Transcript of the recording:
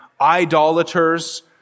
idolaters